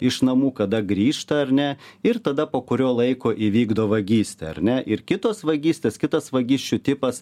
iš namų kada grįžta ar ne ir tada po kurio laiko įvykdo vagystę ar ne ir kitos vagystės kitas vagysčių tipas